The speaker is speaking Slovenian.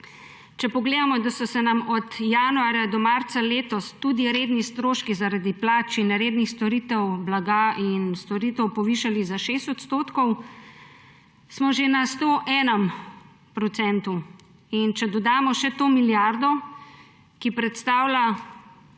Če pogledamo, da so se nam od januarja do marca letos tudi redni stroški zaradi plač in rednih storitev blaga in storitev povišali za 6 %, smo že na 101 % in če dodamo še to milijardo, ki predstavlja